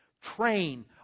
train